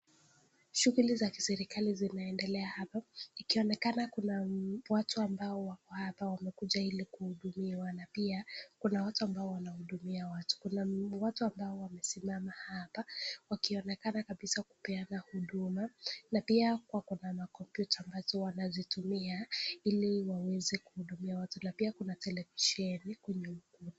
Shunguli za kiserkali zinaendelea hapa, ikionekana kuna watu ambao wako hapa wamekuja ili kuhudumiwa, na pia kuna watu ambao wanahudumia watu. Kuna watu ambao wamesimama hapa wakionekana kabisa kupeana huduma, na pia wakona macomputer(cs), ambazo wanazitumia ili waweze kuhudumia watu na pia kuna televisheni huku nyuma.